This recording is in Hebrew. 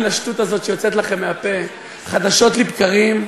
לשטות הזאת שיוצאת לכם מהפה חדשות לבקרים,